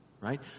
right